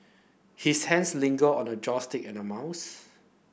his hands lingered on the joystick and a mouse